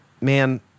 man